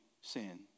sin